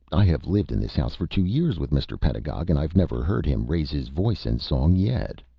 i have lived in this house for two years with mr. pedagog, and i've never heard him raise his voice in song yet.